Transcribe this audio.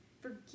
forgive